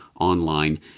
online